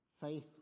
Faith